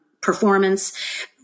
performance –